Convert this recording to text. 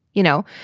you know,